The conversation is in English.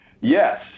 Yes